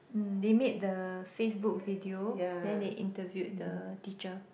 mm they made the Facebook video then they interviewed the teacher